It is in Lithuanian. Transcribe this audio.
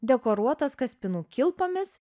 dekoruotas kaspinų kilpomis